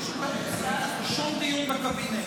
שום דיון בקבינט,